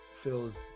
feels